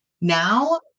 Now